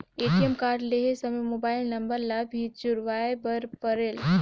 ATM card लहे समय mobile number ला भी जुड़वाए बर परेल?